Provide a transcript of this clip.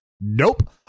Nope